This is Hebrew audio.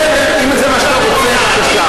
בסדר, אם זה מה שאתה רוצה, בבקשה.